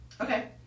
Okay